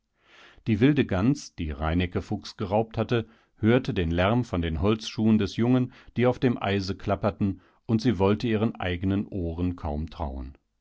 die wilde gans die reineke fuchs geraubt hatte hörte den lärm von den holzschuhen des jungen die auf dem eise klapperten und sie wollte ihren eigenen ohren kaum trauen